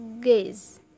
gaze